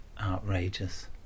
outrageous